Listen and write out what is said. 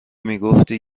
میگفتی